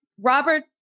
Robert